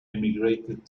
emigrated